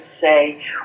say